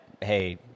hey